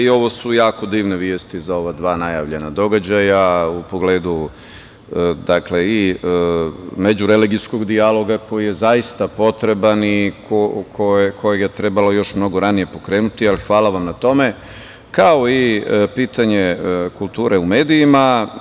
Ovo su jako divne vesti za ova dva najavljena događaja, u pogledu i međureligijskog dijaloga koji je zaista potreban i kojeg je trebalo još mnogo ranije pokrenuti, ali hvala vam na tome, kao i pitanje kulture u medijima.